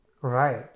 Right